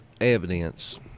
evidence